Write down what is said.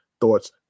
thoughts